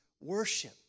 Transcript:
worship